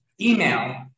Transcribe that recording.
Email